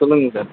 சொல்லுங்கள் சார்